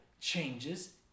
changes